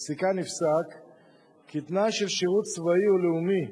בפסיקה נפסק כי תנאי של שירות צבאי או לאומי,